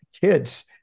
kids